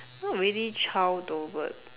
not really child though but